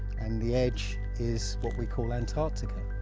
and the edge is what we call antarctica.